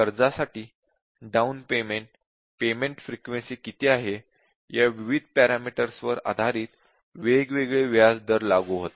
कर्जासाठी down payment आणि payment frequency किती आहे या विविध पॅरामीटर्स वर आधारित वेगवेगळे व्याज दर लागू होतात